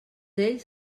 ells